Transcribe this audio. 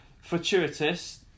fortuitous